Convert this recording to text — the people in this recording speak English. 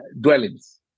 dwellings